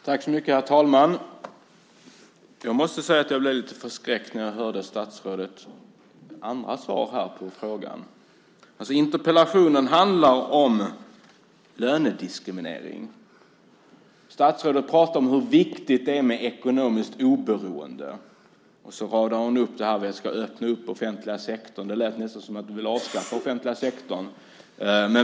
Herr talman! Jag måste säga att jag blev lite förskräckt när jag hörde statsrådets andra svar på frågan. Interpellationen handlar om lönediskriminering. Statsrådet pratar om hur viktigt det är med ekonomiskt oberoende, och så radar hon upp det här med att man ska öppna upp offentliga sektorn. Det lät nästan som om du ville avskaffa offentliga sektorn.